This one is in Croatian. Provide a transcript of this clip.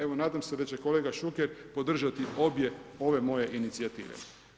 Evo nadam se da će kolega Šuker podržati obje ove moje inicijative.